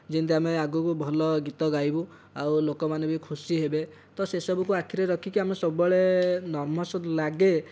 ଯେମିତି ଆମେ ଆଗକୁ ଭଲ ଗୀତ ଗାଇବୁ ଆଉ ଲୋକମାନେ ଭି ଖୁସି ହେବେ ତ ସେ ସବୁକୁ ଆମେ ଆଖିରେ ରଖିକି ଆମକୁ ସବୁବେଳେ ନର୍ଭସ୍ ଲାଗେ